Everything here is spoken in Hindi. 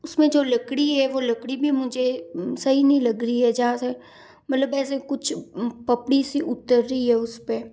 उसमें जो लकड़ी है वह लकड़ी भी मुझे सही नहीं लग रही है जहाँ से मतलब ऐसे कुछ पपड़ी सी उतर रही है उस पर